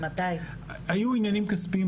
היו עניינים כספיים,